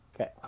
okay